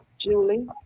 Julie